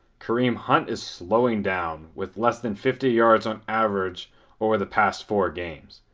kareem hunt is slowing down, with less than fifty yards on average over the past four games.